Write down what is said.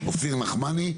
אופיר נחמני?